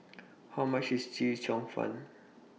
How much IS Chee Cheong Fun